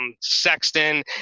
Sexton